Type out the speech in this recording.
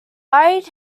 ide